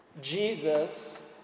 Jesus